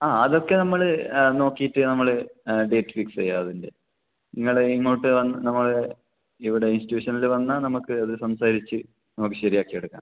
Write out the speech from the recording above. ആ അതൊക്കെ നമ്മൾ ആ നോക്കിയിട്ട് നമ്മൾ ആ ഡേറ്റ് ഫിക്സ് ചെയ്യാം അതിൻ്റെ നിങ്ങൾ ഇങ്ങോട്ട് വന്ന് നമ്മളെ ഇവിടെ ഇൻസ്റ്റിറ്റ്റ്യുഷനിൽ വന്നാൽ നമുക്ക് അത് സംസാരിച്ച് നമുക്ക് ശരിയാക്കി എടുക്കാം